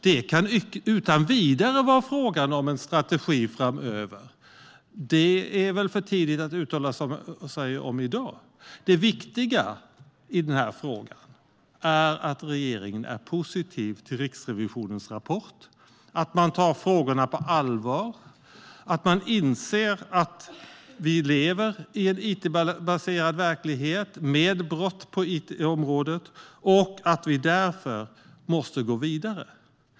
Det kan utan vidare vara fråga om en strategi framöver, men det är väl för tidigt att uttala sig om det i dag. Det viktiga är att regeringen är positiv till Riksrevisionens rapport, att man tar frågorna på allvar, att man inser att vi lever i en it-baserad verklighet med brott på it-området och att vi därför måste gå vidare.